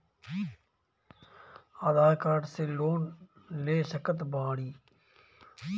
आधार card से loan ले सकत बणी?